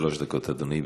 שלוש דקות, אדוני.